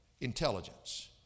intelligence